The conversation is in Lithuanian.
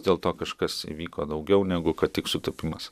dėlto kažkas vyko daugiau negu kad tik sutapimas